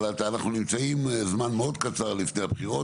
אבל אנחנו נמצאים זמן מאוד קצר לפני הבחירות